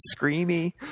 screamy